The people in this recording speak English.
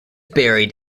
buried